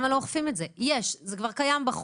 זה כבר קיים בחוק,